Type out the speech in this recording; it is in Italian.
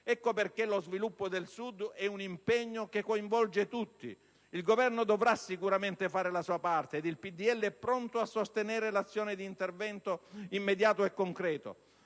Ecco perché lo sviluppo del Sud è un impegno che coinvolge tutti: il Governo dovrà sicuramente fare la sua parte, ed il PdL è pronto a sostenerne l'azione di intervento immediato e concreto,